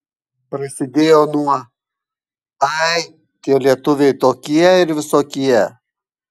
prasidėjo nuo ai tie lietuviai tokie ir visokie